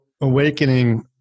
awakening